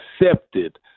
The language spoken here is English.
accepted